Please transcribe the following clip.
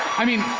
i mean,